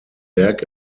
werk